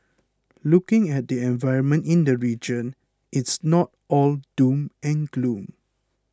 looking at the environment in the region it's not all doom and gloom